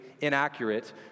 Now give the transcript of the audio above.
inaccurate